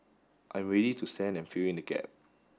I'm ready to send and fill in the gap